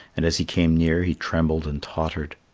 and as he came near he trembled and tottered.